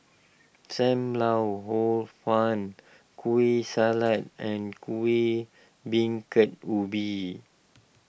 Sam Lau Hor Fun Kueh Salat and Kuih Bingka Ubi